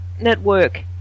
network